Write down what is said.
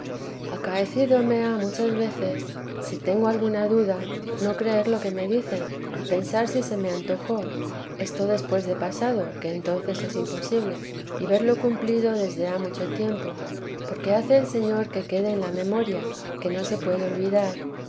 engañar acaecídome ha muchas veces si tengo alguna duda no creer lo que me dicen y pensar si se me antojó esto después de pasado que entonces es imposible y verlo cumplido desde ha mucho tiempo porque hace el señor que quede en la memoria que no se puede olvidar